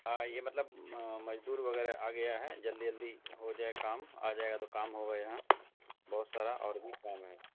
ہاں یہ مطلب مزدور وغیرہ آ گیا ہے جلدی جلدی ہو جائے کام آ جائے گا تو کام ہوگا یہاں بہت سارا اور بھی کام ہے